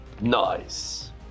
Nice